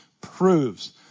proves